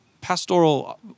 pastoral